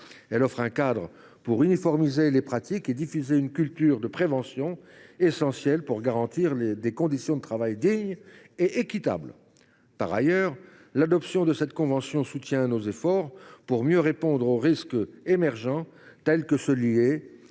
Elle offrira un cadre pour uniformiser les pratiques et pour diffuser une culture de prévention, essentielle pour garantir des conditions de travail dignes et équitables. Par ailleurs, l’adoption de cette convention soutiendra nos efforts pour mieux répondre aux risques émergents tels que ceux